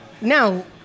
Now